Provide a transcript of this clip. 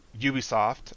Ubisoft